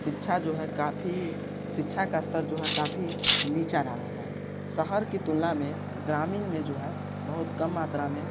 शिक्षा जो है काफ़ी शिक्षा का स्तर जो है काफ़ी नीचा रहा है शहर की तुलना में ग्रामीण में जो है बहुत कम मात्रा में